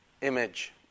image